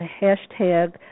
hashtag